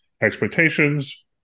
expectations